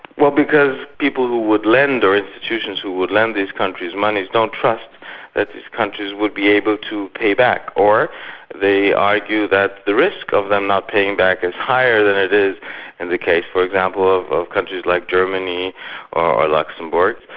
well, because people who would lend, or institutions who would lend these countries moneys, don't trust that these countries would be able to pay back, or they argue that the risk of them not paying back is higher than it is in the case, for example, of countries like germany or luxemburg.